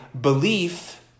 belief